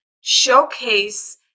showcase